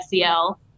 SEL